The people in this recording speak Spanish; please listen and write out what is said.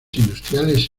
industriales